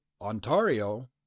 Ontario